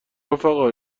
رفقا